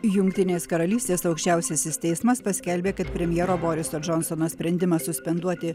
jungtinės karalystės aukščiausiasis teismas paskelbė kad premjero boriso džonsono sprendimas suspenduoti